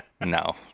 no